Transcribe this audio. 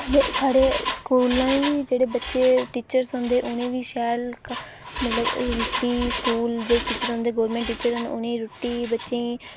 ते साढ़े स्कूलें बी जेह्ड़े बच्चे टीचर सुनदे उ'नेंगी बी शैल मतलब रुट्टी स्कूल जेह्ड़े टीचर होंदे गौरमेंट टीचर होंदे दिंदे रुट्टी बच्चें गी